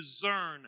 discern